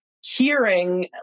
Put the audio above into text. hearing